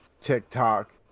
TikTok